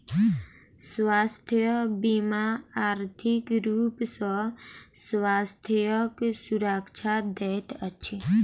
स्वास्थ्य बीमा आर्थिक रूप सॅ स्वास्थ्यक सुरक्षा दैत अछि